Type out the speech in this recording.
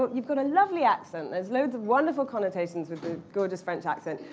but you've got a lovely accent. there's loads of wonderful connotations with the gorgeous french accent.